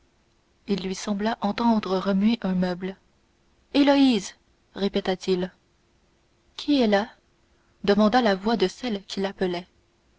il lui sembla entendre remuer un meuble héloïse répéta-t-il qui est là demanda la voix de celle qu'il appelait